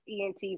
ent